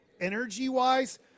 energy-wise